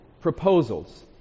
proposals